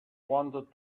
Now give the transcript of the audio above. wanted